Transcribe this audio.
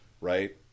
right